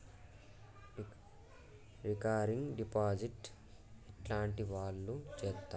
Recurring deposit ఎట్లాంటి వాళ్లు చేత్తరు?